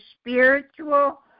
spiritual